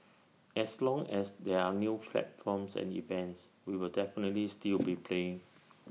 as long as there are new platforms and events we will definitely still be playing